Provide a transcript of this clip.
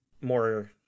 more